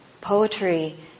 Poetry